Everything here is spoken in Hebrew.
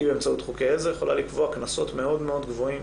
יש חוקי עזר והרשות יכולה לקבוע קנסות מאוד גבוהים